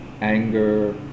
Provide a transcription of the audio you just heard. Anger